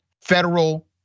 federal